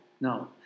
no